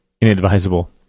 inadvisable